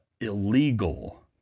illegal